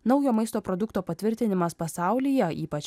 naujo maisto produkto patvirtinimas pasaulyje ypač